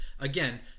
again